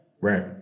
Right